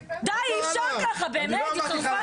די, אי-אפשר ככה, באמת, התחרפנתם.